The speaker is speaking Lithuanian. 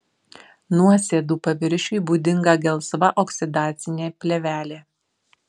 nuosėdų paviršiui būdinga gelsva oksidacinė plėvelė